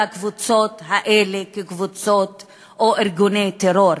על הקבוצות האלה כקבוצות או ארגוני טרור,